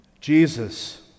Jesus